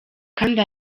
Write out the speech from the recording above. kandi